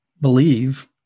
believe